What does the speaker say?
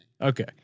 Okay